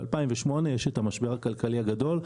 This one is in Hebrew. ב-2008 היה המשבר הכלכלי הגדול,